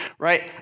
right